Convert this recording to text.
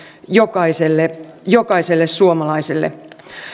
jokaiselle jokaiselle suomalaiselle